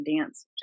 dance